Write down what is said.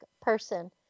person